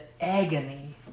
agony